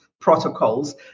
protocols